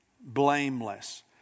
blameless